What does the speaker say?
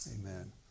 Amen